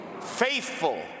faithful